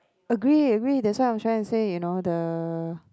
agree agree that's what I'm trying to say you know the